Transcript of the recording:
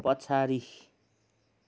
पछाडि